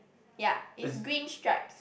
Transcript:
ya it's green stripes